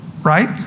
Right